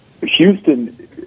Houston